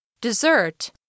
Dessert